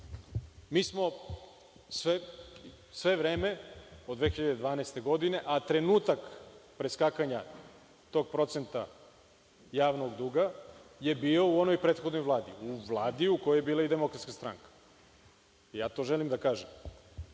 mi smo sve vreme, od 2012. godine, a trenutak preskakanja tog procenta javnog duga je bio u onoj prethodnoj Vladi, u Vladi u kojoj je bila Demokratska stranka. Ja to želim da kažem.